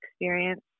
experience